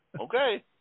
Okay